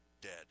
dead